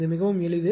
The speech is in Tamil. இது மிகவும் எளிது